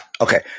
okay